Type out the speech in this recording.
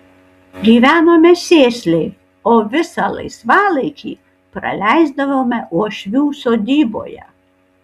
gyvenome sėsliai o visą laisvalaikį praleisdavome uošvių sodyboje